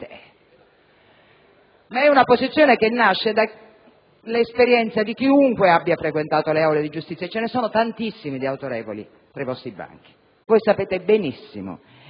dire chiaramente) ma nasce dall'esperienza di chiunque abbia frequentato le aule di giustizia, e ce ne sono tantissimi di autorevoli tra i vostri banchi. Sapete benissimo